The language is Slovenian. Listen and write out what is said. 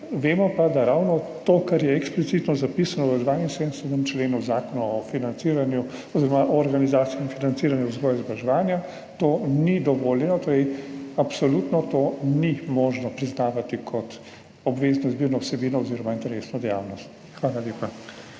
vemo pa, da ravno to, kar je eksplicitno zapisano v 72. členu Zakona o organizaciji in financiranju vzgoje in izobraževanja, to ni dovoljeno, tega torej absolutno ni možno priznavati kot obvezno izbirno vsebino oziroma interesno dejavnost. Hvala lepa.